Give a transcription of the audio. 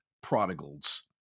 prodigals